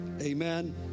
Amen